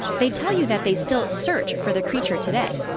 they tell you that they still search for the creature today,